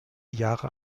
jahre